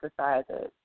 exercises